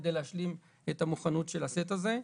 כדי להשלים את המוכנות של הסט הזה.